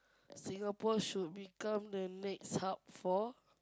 Singapore should become the next hub for